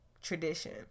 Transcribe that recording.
tradition